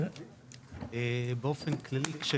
באופן כללי,